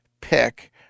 pick